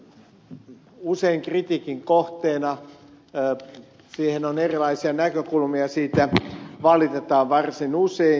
se on usein kritiikin kohteena siihen on erilaisia näkökulmia siitä valitetaan varsin usein